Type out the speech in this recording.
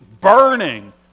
burning